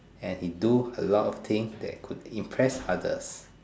and he do a lot of thing that could impress others